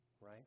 right